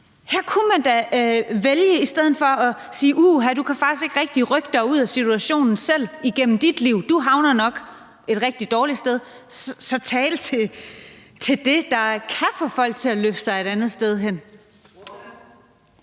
Her kunne man da – i stedet for at sige: Uha, du kan faktisk ikke rigtig rykke dig ud af situationen selv igennem dit liv; du havner nok et rigtig dårligt sted – vælge at tale til det, der kan få folk til at løfte sig et andet sted hen.